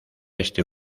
este